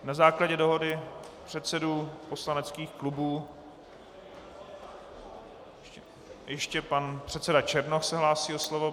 Na základě dohody předsedů poslaneckých klubů ještě pan předseda Černoch se hlásí o slovo.